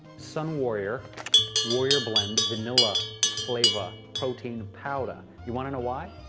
sunwarrior warrior blend vanilla flavor protein powder. you want to know why?